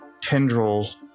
tendrils